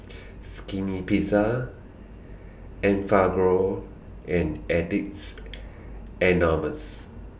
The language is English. Skinny Pizza Enfagrow and Addicts Anonymous